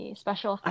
special